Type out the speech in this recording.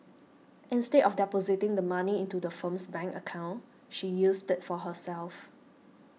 instead of depositing the money into the firm's bank account she used it for herself